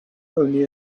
only